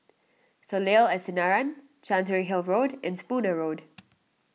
Soleil at Sinaran Chancery Hill Road and Spooner Road